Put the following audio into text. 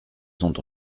sont